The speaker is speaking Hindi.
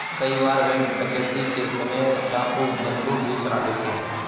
कई बार बैंक डकैती के समय डाकू बंदूक भी चला देते हैं